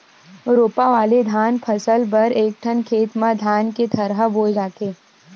रोपा वाले धान फसल बर एकठन खेत म धान के थरहा बोए जाथे